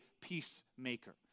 peacemaker